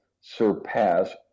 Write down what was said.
surpass